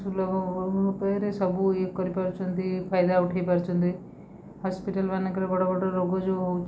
ସୁଲଭ ଉପାୟରେ ସବୁ ଇଏ କରିପାରୁଛନ୍ତି ଫାଇଦା ଉଠେଇପାରୁଛନ୍ତି ହସ୍ପିଟାଲମାନଙ୍କରେ ବଡ଼ ବଡ଼ ରୋଗ ଯେଉଁ ହଉଛି